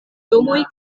domoj